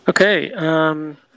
Okay